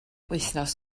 wythnos